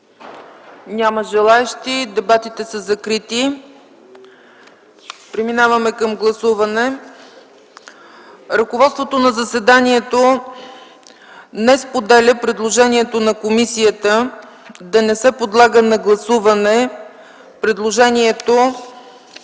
Няма желаещи. Закривам дебатите. Преминаваме към гласуване. Ръководството на заседанието не споделя предложението на комисията да не се подлага на гласуване предложението